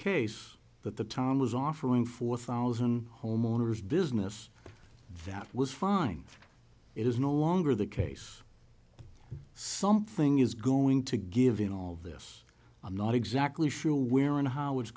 case that the town was offering four thousand homeowners business that was fine it is no longer the case something is going to give in all of this i'm not exactly sure where and how it's